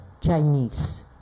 Chinese